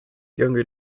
younger